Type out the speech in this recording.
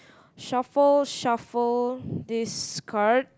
shuffle shuffle this card